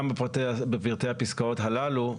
גם בפרטי הפסקאות הללו,